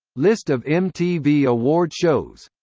list of mtv award shows